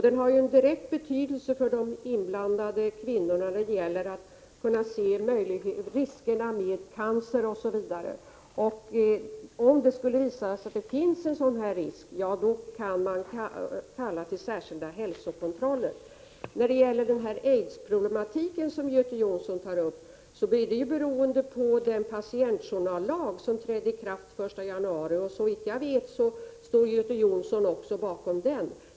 Det har en direkt betydelse för de inblandade kvinnorna när det gäller att bedöma riskerna för cancer osv. Om det skulle visa sig att det finns en sådan risk kan man kalla till särskilda hälsokontroller. Den fråga beträffande aidsproblematiken som Göte Jonsson också tog upp sammanhänger med den patientjournallag som trädde i kraft den 1 januari. Såvitt jag vet står också Göte Jonsson bakom den lagen.